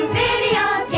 videos